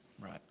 Right